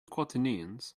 quaternions